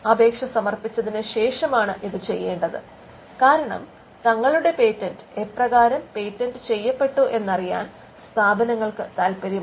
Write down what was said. അപേക്ഷ സമർപ്പിച്ചതിന് ശേഷമാണ് ഇത് ചെയ്യണ്ടത് കാരണം തങ്ങളുടെ പേറ്റന്റ് എപ്രകാരം പേറ്റന്റ് ചെയ്യപ്പെട്ടു എന്നറിയാൻ സ്ഥാപനങ്ങൾക്ക് താത്പര്യമുണ്ട്